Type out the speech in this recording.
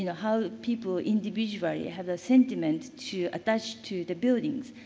you know how people individually have a sentiment to attach to the buildings.